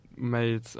made